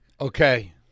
Okay